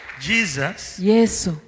Jesus